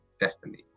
Destiny